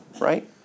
right